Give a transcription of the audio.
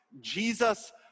Jesus